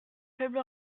faible